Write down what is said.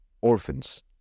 orphans